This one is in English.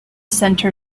center